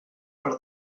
per